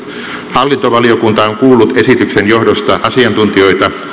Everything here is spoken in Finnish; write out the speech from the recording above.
hallintovaliokunta on kuullut esityksen johdosta asiantuntijoita